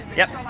yep.